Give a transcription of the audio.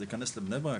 אז להיכנס לבני ברק?